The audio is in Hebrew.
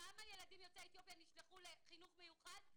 כמה ילדים יוצאי אתיופיה נשלחו לחינוך מיוחד?